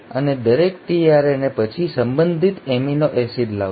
અને દરેક tRNA પછી સંબંધિત એમિનો એસિડ લાવશે